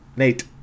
Nate